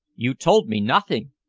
you told me nothing!